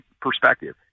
perspective